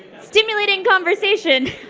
stimulating conversation.